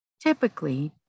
Typically